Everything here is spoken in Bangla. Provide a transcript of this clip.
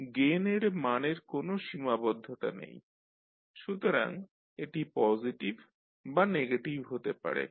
গেইন এর মানের কোনও সীমাবদ্ধতা নেই সুতরাং এটি পজিটিভ বা নেগেটিভ হতে পারে